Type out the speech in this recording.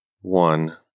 one